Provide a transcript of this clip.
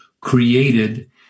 created